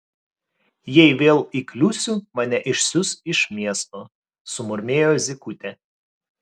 jei vėl įkliūsiu mane išsiųs iš miesto sumurmėjo zykutė